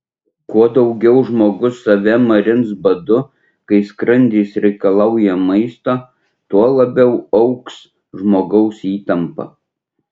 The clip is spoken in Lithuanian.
kuo daugiau žmogus save marins badu kai skrandis reikalauja maisto tuo labiau augs žmogaus įtampa